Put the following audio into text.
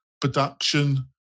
production